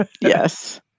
Yes